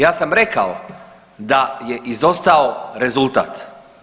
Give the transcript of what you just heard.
Ja sam rekao da je izostao rezultat.